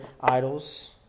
idols